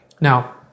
now